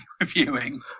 reviewing